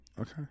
Okay